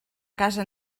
casa